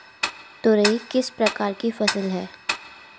तोरई किस प्रकार की फसल है?